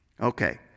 Okay